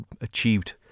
achieved